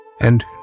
And